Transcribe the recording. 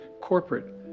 corporate